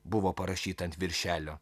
buvo parašyta ant viršelio